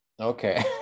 okay